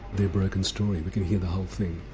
their broken story we can hear the whole thing.